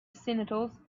sentinels